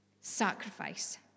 sacrifice